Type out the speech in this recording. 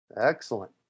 Excellent